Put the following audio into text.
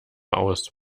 aus